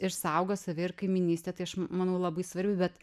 ir saugo save ir kaimynystę tai aš manau labai svarbi bet